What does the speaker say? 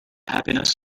happiness